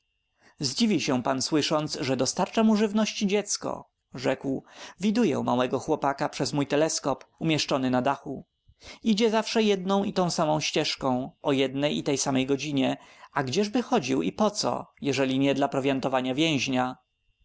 zdziwi się pan słysząc że dostarcza mu żywności dziecko rzekł widuję małego chłopaka przez mój teleskop umieszczony na dachu idzie zawsze jedną i tą samą ścieżką o jednej i tej samej godzinie a gdzieżby chodził i po co jeśli nie dla prowiantowania więźnia